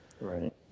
Right